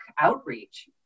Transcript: outreach